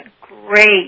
great